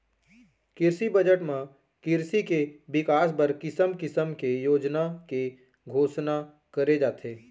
किरसी बजट म किरसी के बिकास बर किसम किसम के योजना के घोसना करे जाथे